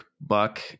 buck